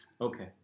Okay